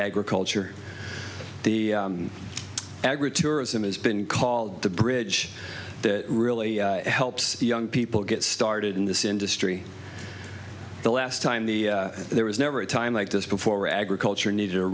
agriculture the agra tourism has been called the bridge that really helps young people get started in this industry the last time the there was never a time like this before agriculture need